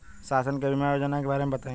शासन के बीमा योजना के बारे में बताईं?